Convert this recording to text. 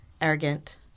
arrogant